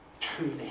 Truly